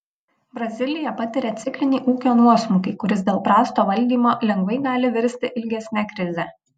brazilija patiria ciklinį ūkio nuosmukį kuris dėl prasto valdymo lengvai gali virsti ilgesne krize